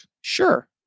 sure